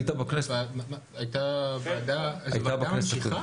זה ועדה ממשיכה?